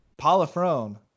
Polifrone